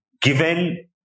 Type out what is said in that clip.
given